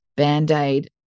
Band-aid